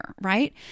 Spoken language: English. right